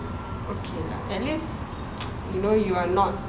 okay lah at least you know you are not